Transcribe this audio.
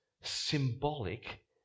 symbolic